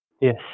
yes